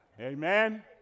Amen